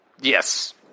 Yes